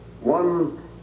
one